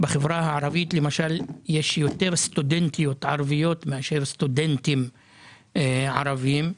יש יותר סטודנטיות ערביות מאשר סטודנטים ערבים.